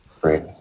great